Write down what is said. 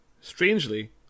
Strangely